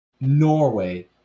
Norway